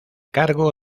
cargo